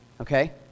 Okay